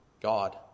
God